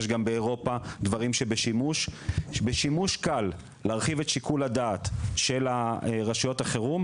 יש גם באירופה דברים בשימוש קל להרחיב את שיקול הדעת של רשויות החירום,